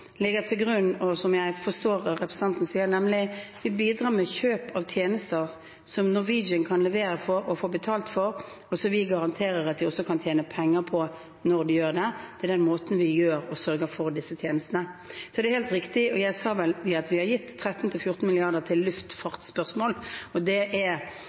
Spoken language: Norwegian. til grunn, og som jeg forstår at representanten ser, nemlig bidrar med kjøp av tjenester som Norwegian kan levere på og få betalt for, og som vi også garanterer at de kan tjene penger på. På den måten sørger vi for disse tjenestene. Så er det helt riktig – jeg sa vel at vi har gitt 13–14 mrd. kr til